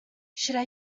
should